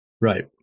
Right